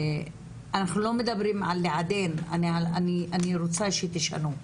אנחנו לא מדברים על לעדן, אני רוצה שתשנו.